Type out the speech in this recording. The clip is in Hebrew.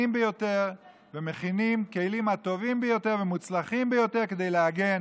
ביותר ומכינים את הכלים הטובים ביותר והמוצלחים ביותר כדי להגן